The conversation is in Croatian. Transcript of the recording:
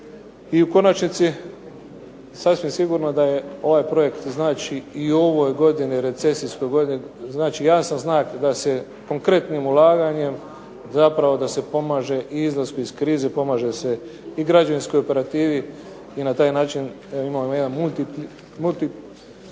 I u konačnici sasvim sigurno da ovaj projekt znači i u ovoj godini, recesijskoj godini, znači jasan znak da se konkretnim ulaganjem zapravo da se pomaže i izlasku iz krize, pomaže se i građevinskoj operativi i na taj način imamo jedan multifaktor